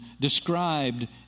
described